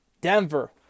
Denver